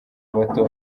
bato